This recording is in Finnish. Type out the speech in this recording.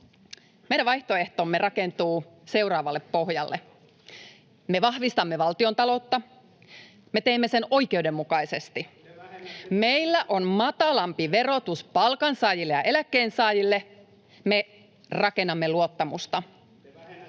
Meidän vaihtoehtomme rakentuu seuraavalle pohjalle: Me vahvistamme valtiontaloutta. Me teemme sen oikeudenmukaisesti. [Ben Zyskowicz: Te vähennätte työllisyyttä!] Meillä on matalampi verotus palkansaajille ja eläkkeensaajille. Me rakennamme luottamusta.